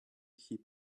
heap